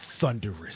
thunderous